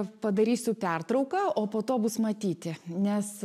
padarysiu pertrauką o po to bus matyti nes